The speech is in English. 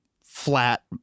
flat